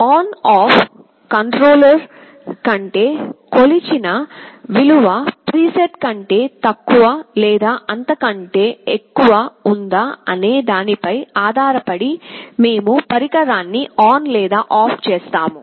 on off controller అంటే కొలిచిన విలువ ప్రీసెట్ కంటే తక్కువ లేదా అంతకంటే ఎక్కువ ఉందా అనే దానిపై ఆధారపడి మేము పరికరాన్ని ఆన్ లేదా ఆఫ్ చేస్తాము